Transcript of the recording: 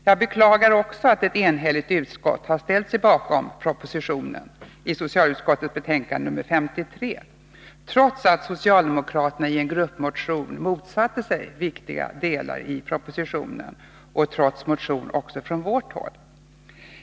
Jag beklagar också att ett enhälligt utskott har ställt sig bakom propositionen i socialutskottets betänkande 53, trots att socialdemokraterna i en gruppmotion motsatt sig viktiga delar av propositionen och trots motion även från vårt håll.